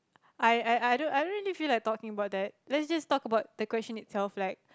I I I don't don't really feel like talking about let's just talk about the question itself like